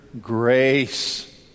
grace